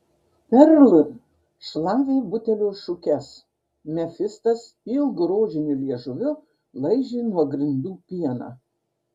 perl šlavė butelio šukes mefistas ilgu rožiniu liežuviu laižė nuo grindų pieną